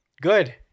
Good